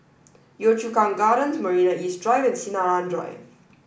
Yio Chu Kang Gardens Marina East Drive and Sinaran Drive